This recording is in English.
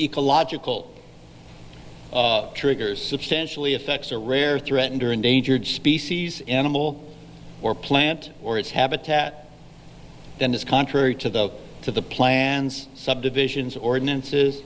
ecological triggers substantially effects are rare or threatened or endangered species animal or plant or its habitat that is contrary to the to the plans subdivisions ordinances